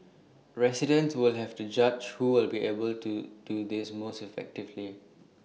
residents will have to judge who will be able to do this most effectively